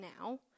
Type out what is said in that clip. now